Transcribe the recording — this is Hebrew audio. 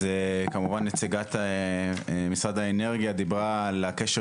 כמובן שנציגת משרד האנרגיה דיברה על הקשר